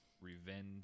Revenge